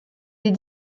des